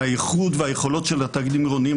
והייחוד והיכולות של התאגידים העירוניים,